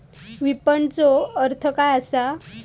विपणनचो अर्थ काय असा?